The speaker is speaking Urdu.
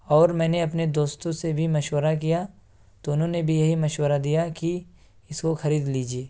اور میں نے اپنے دوستوں سے بھی مشورہ کیا تو انہوں نے بھی یہی مشورہ دیا کہ اس کو خرید لیجیے